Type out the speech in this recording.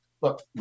Look